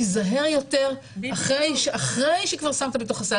תיזהר יותר אחרי שכבר שמתם בתוך הסל.